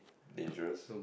dangerous